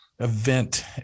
Event